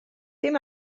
dim